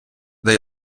they